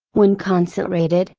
when concentrated,